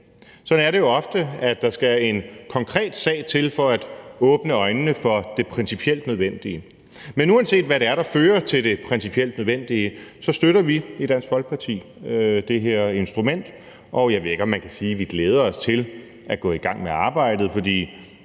Sådan er det jo ofte; at der skal en konkret sag til for at åbne øjnene for det principielt nødvendige. Men uanset hvad det er, der fører til det principielt nødvendige, så støtter vi i Dansk Folkeparti det her instrument. Og jeg ved ikke, om man kan sige, at vi glæder os til at gå i gang med arbejdet, for